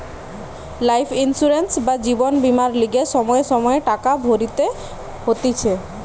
life insurance বা জীবন বীমার লিগে সময়ে সময়ে টাকা ভরতে হতিছে